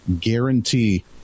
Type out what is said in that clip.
guarantee